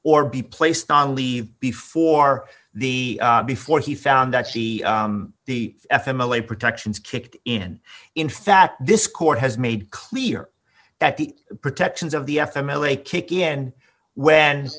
or be placed on leave before the before he found that she the f emily protections kick in in fact this court has made clear that the protections of the f m l a kick in when